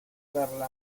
carla